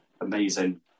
amazing